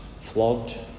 flogged